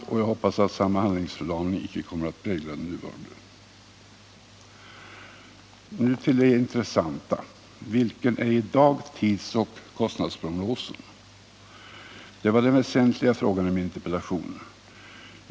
Jag hoppas att samma handlingsförlamning icke kommer att prägla den nuvarande. Nu till det intressanta: Vilken är i dag tidsoch kostnadsprognosen? Det var den väsentliga frågan i min interpellation.